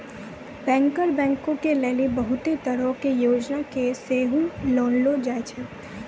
banker बैंको के लेली बहुते तरहो के योजना के सेहो लानलो जाय छै